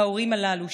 ההורים הללו,